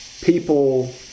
people